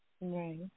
Right